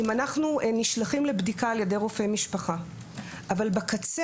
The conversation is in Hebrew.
אם אנחנו נשלחים לבדיקה על ידי רופא משפחה אבל בקצה,